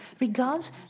Regards